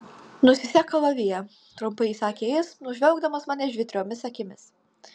nusisek kalaviją trumpai įsakė jis nužvelgdamas mane žvitriomis akimis